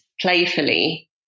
playfully